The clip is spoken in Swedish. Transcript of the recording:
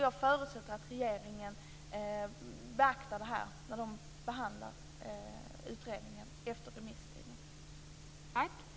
Jag förutsätter att regeringen beaktar detta när man behandlar den här utredningen efter remisstiden.